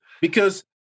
Because-